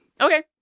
Okay